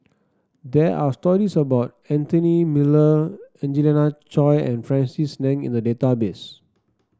there are stories about Anthony Miller Angelina Choy and Francis Ng in the database